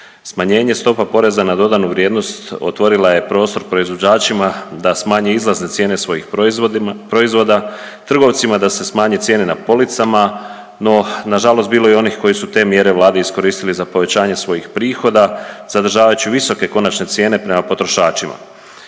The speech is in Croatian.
Smanjenje stopa poreza na dodanu vrijednost otvorila je prostor proizvođačima da smanje izlazne cijene svojih proizvoda, trgovcima da se smanje cijene na policama, no nažalost bilo je onih koji su te mjere Vlade iskoristili za povećanje svojih prihoda zadržavajući visoke konačne cijene prema potrošačima.